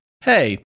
hey